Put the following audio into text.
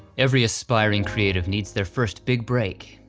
every aspiring creative needs their first big break,